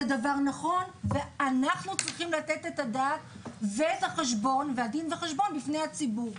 זה דבר נכון ואנחנו צריכים לתת את הדעת ואת הדין והחשבון בפני הציבור.